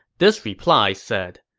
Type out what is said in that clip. this reply said,